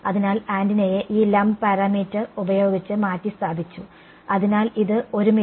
അതിനാൽ ആന്റിനയെ ഈ ലമ്പ് പാരാമീറ്റർ ഉപയോഗിച്ച് മാറ്റിസ്ഥാപിച്ചു അതിനാൽ ഇത് ഒരുമിച്ച്